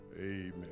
Amen